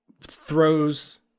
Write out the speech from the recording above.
throws